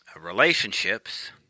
relationships